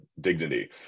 dignity